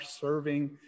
serving